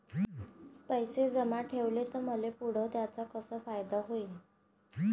पैसे जमा ठेवले त मले पुढं त्याचा कसा फायदा होईन?